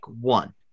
one